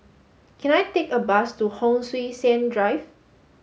can I take a bus to Hon Sui Sen Drive